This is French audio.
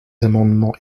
amendements